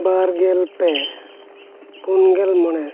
ᱵᱟᱨ ᱜᱮᱞ ᱯᱮ ᱯᱩᱱ ᱜᱮᱞ ᱢᱚᱬᱮ